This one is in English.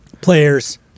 Players